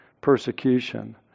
persecution